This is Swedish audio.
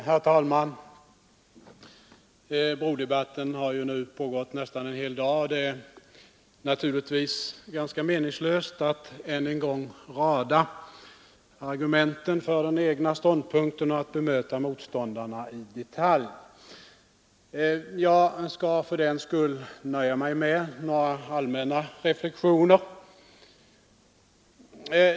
Herr talman! Brodebatten har nu pågått nästan en hel dag, och det är naturligtvis ganska meningslöst att än en gång rada upp argumenten för den egna ståndpunkten och bemöta motståndarna i detalj. Jag skall fördenskull nöja mig med några allmänna reflexioner.